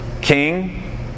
King